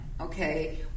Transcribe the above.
okay